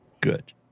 good